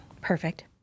Perfect